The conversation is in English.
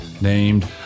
named